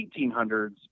1800s